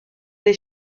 les